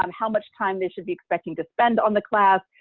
um how much time they should be expecting to spend on the class,